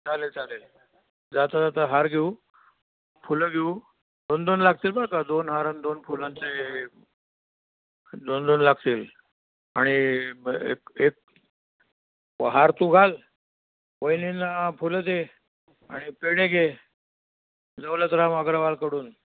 चालेल चालेल जाता जाता हार घेऊ फुलं घेऊ दोन दोन लागतील बरं का दोन हार न दोन फुलांचे दोन दोन लागतील आणि एक एक व हार तू घाल वहिनींना फुलं दे आणि पेढे घे दौलतराम अगरवालकडून